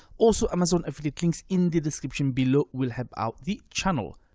also amazon affiliate links in the description below will help out the channel.